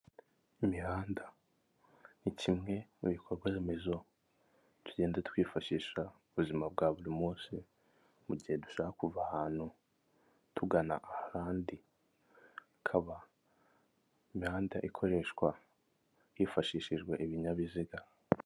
Imihanda ni kimwe mu bikorwa remezo tugenda twifashisha ubuzima bwa buri munsi, mu gihe dushaka kuva ahantu tugana ahandi, hakaba imihanda ikoreshwa hifashishijwe ibinyabiziga.